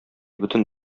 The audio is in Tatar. бөтен